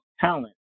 talent